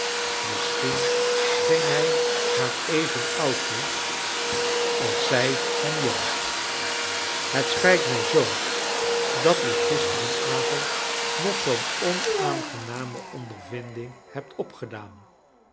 misschien scheen hij haar even oud toe als zij hem jong het spijt mij zoo dat u gisteren avond nog zoo'n onaangename ondervinding hebt opgedaan